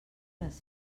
les